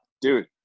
Dude